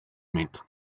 meant